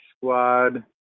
squad